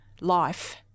life